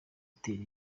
itera